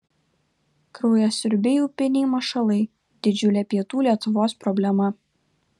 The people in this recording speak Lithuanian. kraujasiurbiai upiniai mašalai didžiulė pietų lietuvos problema